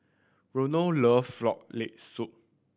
Reno loves Frog Leg Soup